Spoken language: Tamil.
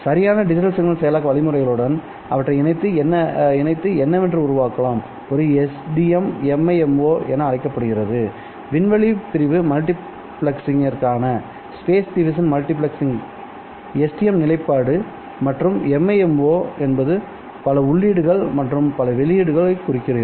சரியான டிஜிட்டல் சிக்னல் செயலாக்க வழிமுறைகளுடன் அவற்றை இணைத்து என்னவென்று உருவாக்கலாம் ஒரு SDM MIMO என அழைக்கப்படுகிறது விண்வெளி பிரிவு மல்டிபிளெக்சிங்கிற்கான SDM நிலைப்பாடு மற்றும் MIMO என்பது பல உள்ளீடுகள் மற்றும் பல வெளியீடுகள் குறிக்கிறது